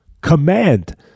command